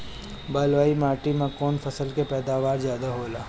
बालुई माटी में कौन फसल के पैदावार ज्यादा होला?